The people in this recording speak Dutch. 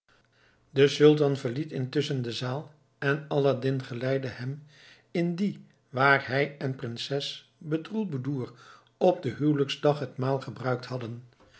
de sultan verliet intusschen de zaal en aladdin geleidde hem in die waar hij en prinses bedroelboedoer op den huwelijksdag het maal gebruikt hadden